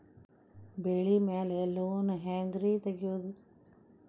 ಬೆಳಿ ಮ್ಯಾಲೆ ಲೋನ್ ಹ್ಯಾಂಗ್ ರಿ ತೆಗಿಯೋದ?